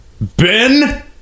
ben